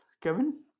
Kevin